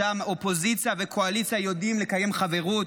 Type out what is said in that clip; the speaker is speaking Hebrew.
שם אופוזיציה וקואליציה יודעות לקיים חברות,